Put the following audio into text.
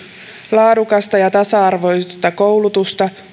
laadukasta ja tasa arvoista koulutusta